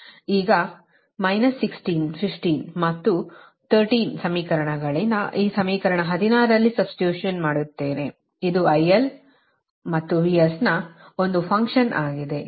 ಈಗ 16 15 ಮತ್ತು 13 ಸಮೀಕರಣಗಳಿಂದ ಈ ಸಮೀಕರಣ 16 ರಲ್ಲಿ ಸಬ್ಸ್ಟಿಟ್ಯೂಟ್ ಮಾಡುತ್ತೇನೆ ಇದು IL ಮತ್ತು VS ನ ಒಂದು ಫಂಕ್ಷನ್ ಆಗಿದೆ